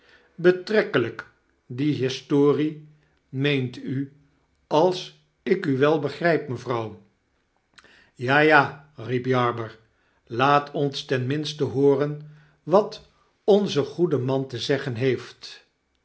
betrekkelyk die historie meent u als ik u wel begryp mevrouw ja ja riep jarber laat ons ten minste hooren wat onze goede man te zeggen heeft